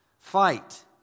Fight